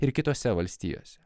ir kitose valstijose